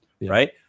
right